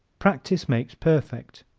practice makes perfect.